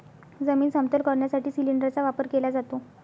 जमीन समतल करण्यासाठी सिलिंडरचा वापर केला जातो